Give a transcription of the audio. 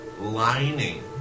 lining